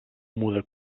muda